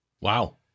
Wow